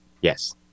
Yes